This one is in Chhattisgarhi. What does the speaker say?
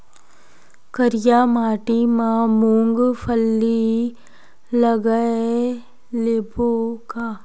करिया माटी मा मूंग फल्ली लगय लेबों का?